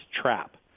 trap